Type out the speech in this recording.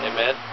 Amen